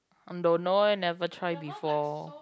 um don't know eh never try before